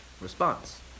response